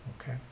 okay